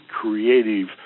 creative